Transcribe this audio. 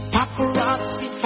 Paparazzi